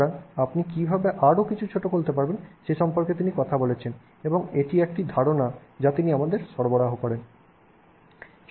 সুতরাং আপনি কীভাবে আরও কিছু ছোট করে তুলতে পারবেন সে সম্পর্কে তিনি কথা বলেছেন এবং এটি একটি ধারণা যা তিনি আমাদের সরবরাহ করেন